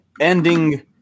ending